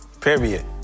Period